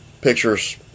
pictures